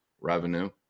revenue